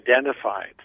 identified